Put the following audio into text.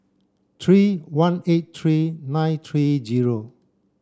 three one eight three nine three zero